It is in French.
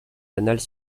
annales